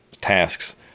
tasks